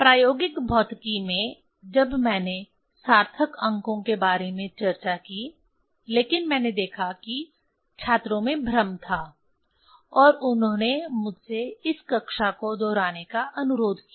प्रायोगिक भौतिकी में जब मैंने सार्थक अंकों के बारे में चर्चा की लेकिन मैंने देखा कि छात्रों में भ्रम था और उन्होंने मुझसे इस कक्षा को दोहराने का अनुरोध किया